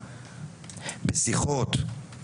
בשיחות,